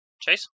Chase